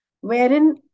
wherein